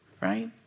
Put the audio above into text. Right